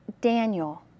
Daniel